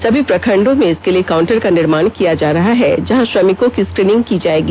सभी प्रखण्डों में इसके लिए काउंटर का निर्माण किया जा रहा है जहां श्रमिकों की स्क्रीनिंग की जायेगी